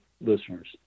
listeners